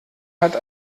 hat